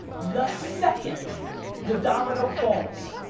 the second the domino falls,